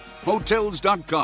Hotels.com